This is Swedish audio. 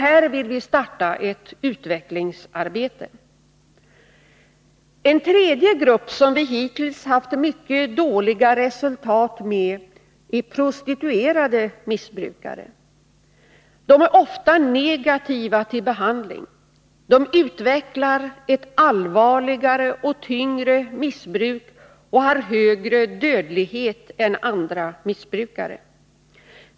Här vill vi starta ett utvecklingsarbete. En tredje grupp som vi hittills haft mycket dåliga resultat med är prostituerade missbrukare. De är ofta negativa till behandling. De utvecklar ett allvarligare och tyngre missbruk och har högre dödlighet än andra missbrukare.